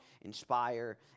inspire